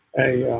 hey